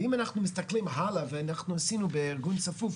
אם אנחנו מסתכלים הלאה, ועשינו בארגון "צפוף",